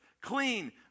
clean